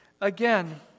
Again